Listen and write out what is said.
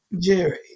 Jerry